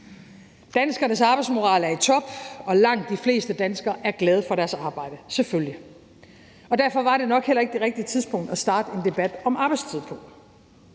Danskernes arbejdsmoral er i top, og langt de fleste danskere er glade for deres arbejde – selvfølgelig. Derfor var det nok heller ikke det rigtige tidspunkt at starte en debat om arbejdstid på.